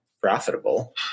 profitable